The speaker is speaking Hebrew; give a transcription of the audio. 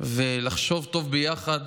ולחשוב טוב ביחד